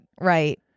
Right